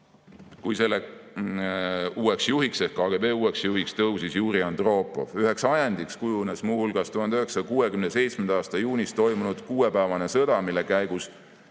kasutuselevõtmine siis, kui KGB uueks juhiks tõusis Juri Andropov. Üheks ajendiks kujunes muu hulgas 1967. aasta juunis toimunud kuuepäevane sõda, mille käigus